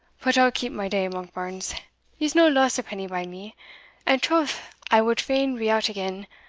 but i'll keep my day, monkbarns ye'se no loss a penny by me and troth i wad fain be out again,